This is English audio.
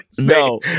no